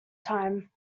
time